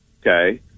okay